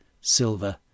silver